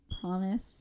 promise